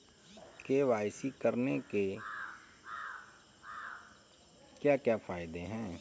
KYC करने के क्या क्या फायदे हैं?